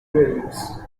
rules